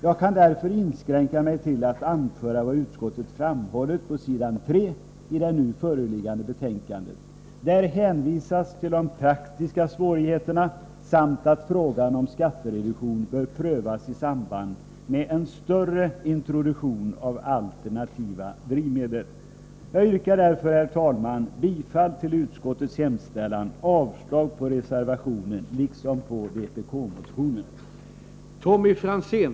Jag kan därför inskränka mig till att framhålla vad utskottet anför på s. 3 i det nu föreliggande betänkandet. Där hänvisas till de praktiska svårigheterna och uttalas att frågan om skattereduktion bör prövas i samband med en större introduktion av alternativa drivmedel. Herr talman! Jag yrkar därför bifall till utskottets hemställan och avslag på reservationen liksom på vpk-motionen.